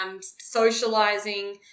socializing